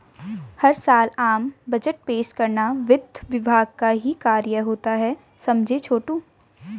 हर साल आम बजट पेश करना वित्त विभाग का ही कार्य होता है समझे छोटू